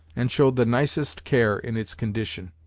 and showed the nicest care in its condition.